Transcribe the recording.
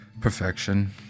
Perfection